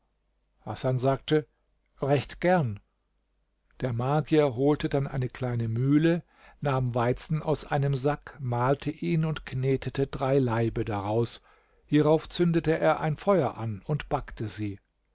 hasan sagte recht gern der magier holte dann eine kleine mühle nahm weizen aus einem sack mahlte ihn und knetete drei laibe daraus hierauf zündete er feuer an und backte sie